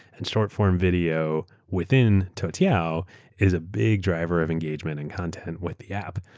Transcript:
and short-form video within toutiao is a big driver of engagement and content with the app.